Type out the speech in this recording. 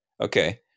Okay